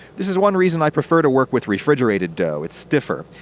this is one reason i prefer to work with refrigerated dough it's stiffer.